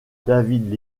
david